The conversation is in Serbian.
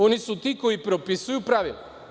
Oni su ti koji propisuju pravila.